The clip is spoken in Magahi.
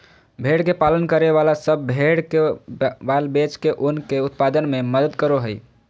भेड़ के पालन करे वाला सब भेड़ के बाल बेच के ऊन के उत्पादन में मदद करो हई